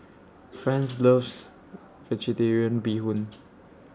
Franz loves Vegetarian Bee Hoon